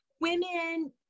women